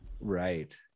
right